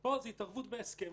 פה זה התערבות בהסכם.